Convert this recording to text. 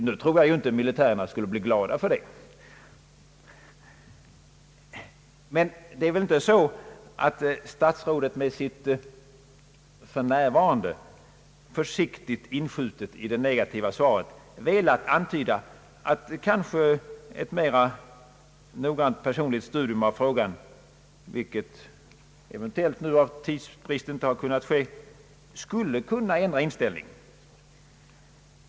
Jag tror dock inte att militärerna skulle bli glada över det. Men det är väl inte så att statsrådet med sitt »för närvarande» försiktigt inskjutet i det negativa svaret velat antyda att ett mera noggrant personligt studium av frågan — vilket eventuellt på grund av tidsbrist inte har kunnat ske — kanske skulle kunna ändra inställningen?